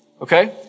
Okay